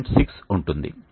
6 ఉంటుంది